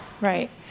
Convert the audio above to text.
Right